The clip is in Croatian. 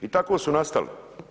I tako su nastali.